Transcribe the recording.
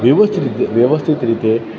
વેવસ્થિત રીતે વ્યવસ્થિત રીતે